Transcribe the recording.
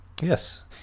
Yes